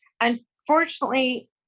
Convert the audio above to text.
Unfortunately